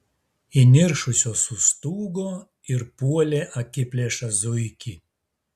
įniršusios sustūgo ir puolė akiplėšą zuikį